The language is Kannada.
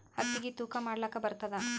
ಹತ್ತಿಗಿ ತೂಕಾ ಮಾಡಲಾಕ ಬರತ್ತಾದಾ?